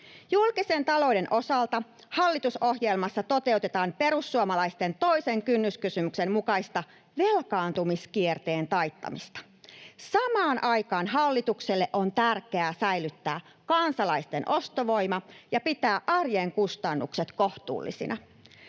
Julkisen talouden osalta hallitusohjelmassa toteutetaan perussuomalaisten toisen kynnyskysymyksen mukaista velkaantumiskierteen taittamista. Samaan aikaan hallitukselle on tärkeää säilyttää kansalaisten ostovoima ja pitää arjen kustannukset kohtuullisina.